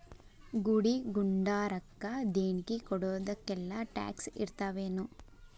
ಗುಡಿ ಗುಂಡಾರಕ್ಕ ದೇಣ್ಗಿ ಕೊಡೊದಕ್ಕೆಲ್ಲಾ ಟ್ಯಾಕ್ಸ್ ಇರ್ತಾವೆನು?